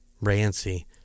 Rancy